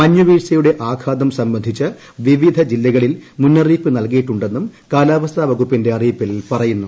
മഞ്ഞുവീഴ്ചയുടെ ആഘാതം സംബന്ധിച്ച് വിവിധ ജില്ലകളിൽ മുന്നറിയിപ്പ് നൽകിയിട്ടുണ്ടെന്നും കാലാവസ്ഥാ വകുപ്പിന്റെ അറിയിപ്പിൽ പറയുന്നു